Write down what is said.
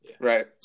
right